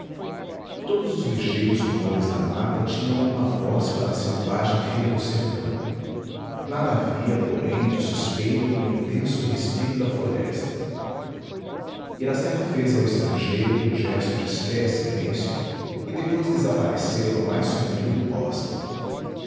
todos os ligeiros rumores da mata tinham uma voz para a selvagem filha do sertão nada havia porém de suspeito no intenso respiro da floresta iracema fez ao estrangeiro um gesto de espera e silêncio e depois desapareceu no mais sombrio do bosque